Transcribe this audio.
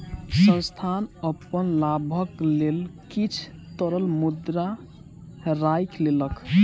संस्थान अपन लाभक लेल किछ तरल मुद्रा राइख लेलक